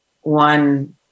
One